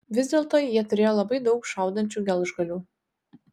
vis dėlto jie turėjo labai daug šaudančių gelžgalių